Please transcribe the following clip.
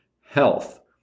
health